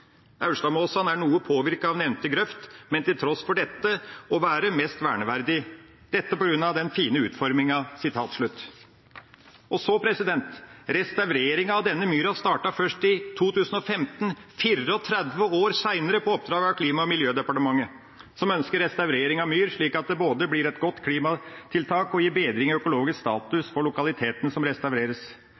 Norge. Aurstadmosan er noe påvirka av nevnte grøft, men til tross for dette å være mest verneverdig. Dette pga. den fine utforming.» Restaureringen av denne myra startet først i 2015, 34 år senere, på oppdrag av Klima- og miljødepartementet – som ønsker restaurering av myr, slik at det både blir et godt klimatiltak og gir bedring i økologisk status for lokalitetene som restaureres.